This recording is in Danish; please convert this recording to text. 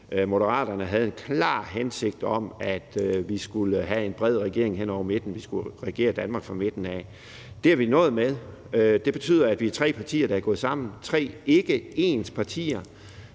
Moderaterne havde en klar hensigt om, at vi skulle have en bred regering hen over midten, at vi skulle regere Danmark for midten af. Det er vi nået i mål med, og det betyder, at vi er tre partier, der er gået sammen – tre ikke ens partier,